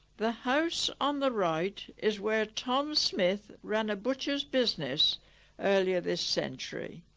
the house on the right is where tom smith ran a butcher's business earlier this century